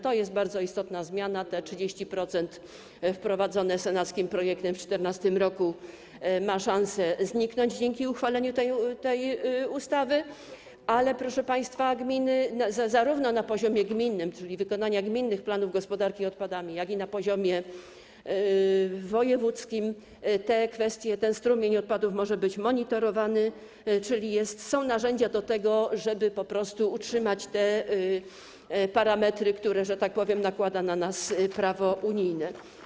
To jest bardzo istotna zmiana, te 30% wprowadzone senackim projektem w 2014 r. ma szansę zniknąć dzięki uchwaleniu tej ustawy, ale proszę państwa, gminy, zarówno na poziomie gminnym, czyli wykonania gminnych planów gospodarki odpadami, jak i na poziomie wojewódzkim te kwestie, ten strumień odpadów może być monitorowany, czyli są narzędzia do tego, żeby po prostu utrzymać te parametry, które, że tak powiem, nakłada na nas prawo unijne.